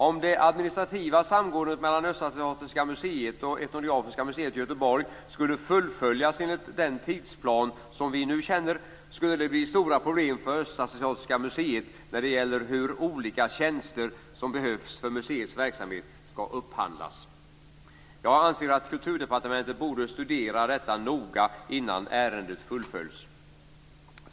Om det administrativa samgåendet mellan Östasiatiska museet och Etnografiska museet i Göteborg skulle fullföljas enligt den tidsplan vi nu känner, skulle det bli stora problem för Östasiatiska museet med upphandling av olika tjänster som behövs för museets verksamhet. Jag anser att Kulturdepartementet borde studera detta noga innan ärendet fullföljs.